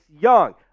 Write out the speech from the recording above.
Young